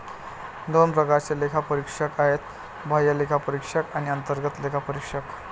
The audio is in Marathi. दोन प्रकारचे लेखापरीक्षक आहेत, बाह्य लेखापरीक्षक आणि अंतर्गत लेखापरीक्षक